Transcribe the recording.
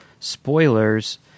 spoilers